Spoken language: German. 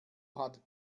hat